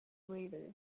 later